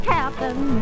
Captain